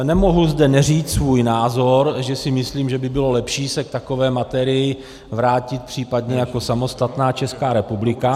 Nemohu zde neříct svůj názor, že si myslím, že by bylo lepší se k takové materii vrátit případně jako samostatná Česká republika.